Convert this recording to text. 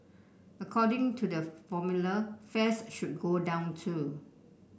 according to the formula fares should go down too